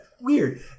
Weird